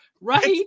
right